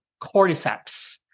cordyceps